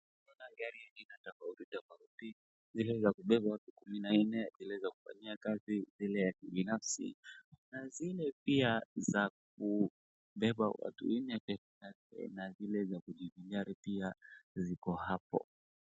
Tunaona gari aina tofauti tofauti, zile za kubeba watu kumi na nne, zile za kufanyia kazi, zile ya kibinafsi na zile pia za kubeba watu wanne na zile za kujivinjari pia ziko hapo.